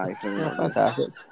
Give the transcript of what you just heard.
fantastic